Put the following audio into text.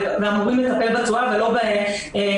אמורים לטפל בתשואה ולא בערכים,